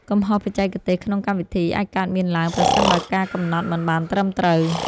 កំហុសបច្ចេកទេសក្នុងកម្មវិធី អាចកើតមានឡើង ប្រសិនបើការកំណត់មិនបានត្រឹមត្រូវ។